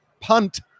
punt